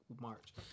March